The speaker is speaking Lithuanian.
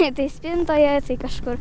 ne tai spintoje tai kažkur